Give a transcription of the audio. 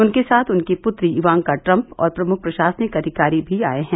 उनके साथ उनकी पुत्री इवांका ट्रम्प और प्रमुख प्रशासनिक अधिकारी भी आये हैं